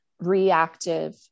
reactive